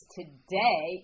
today